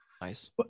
Nice